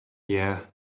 yeah